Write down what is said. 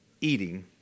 eating